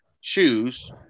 choose